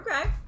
Okay